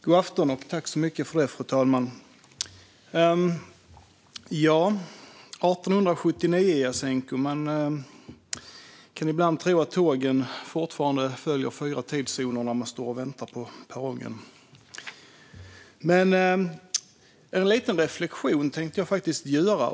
Fru talman! Ja, Jasenko, 1879 - man kan ibland tro att tågen fortfarande följer fyra tidszoner när man står och väntar på "Pågen". En liten reflektion tänkte jag faktiskt göra.